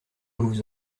vous